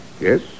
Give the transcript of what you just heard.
Yes